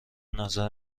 نظر